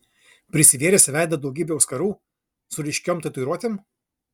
prisivėręs į veidą daugybę auskarų su ryškiom tatuiruotėm